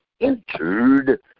entered